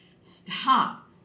stop